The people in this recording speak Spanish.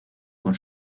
con